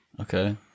Okay